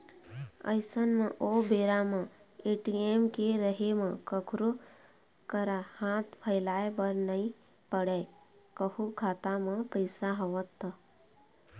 अइसन म ओ बेरा म ए.टी.एम के रहें म कखरो करा हाथ फइलाय बर नइ पड़य कहूँ खाता म पइसा हवय त